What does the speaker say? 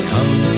Come